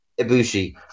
Ibushi